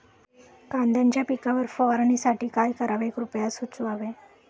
कांद्यांच्या पिकावर फवारणीसाठी काय करावे कृपया सुचवावे